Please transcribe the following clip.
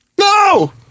no